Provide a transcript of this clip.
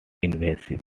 invasive